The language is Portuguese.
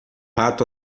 rato